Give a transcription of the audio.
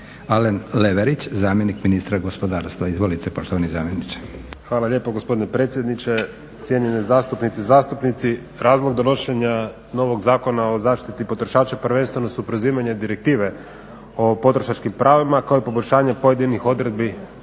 Alen Leverić, zamjenik ministra gospodarstva, izvolite poštovani zamjeniče. **Leverić, Alen** Hvala lijepo gospodine predsjedniče, cijenjene zastupnice, zastupnici. Razlog donošenja novog Zakona o zaštiti potrošača prvenstveno su preuzimanje Direktive o potrošačkim pravima koje je poboljšanje pojedinih odredbi